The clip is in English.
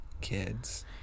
kids